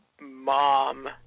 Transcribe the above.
mom